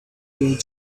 during